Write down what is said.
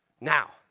Now